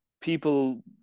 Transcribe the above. people